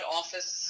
office